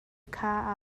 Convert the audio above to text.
kha